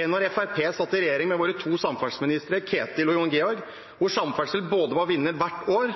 enn da Fremskrittspartiet satt i regjering med våre to samferdselsministre, Ketil Solvik-Olsen og Jon Georg Dale. Da var samferdsel vinner hvert år,